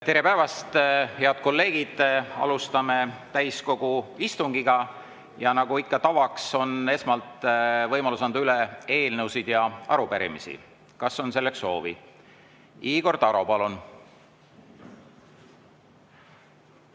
Tere päevast, head kolleegid! Alustame täiskogu istungit. Nagu ikka tavaks, on esmalt võimalus anda üle eelnõusid ja arupärimisi. Kas on selleks soovi? Igor Taro, palun! Tere päevast,